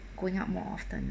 going out more often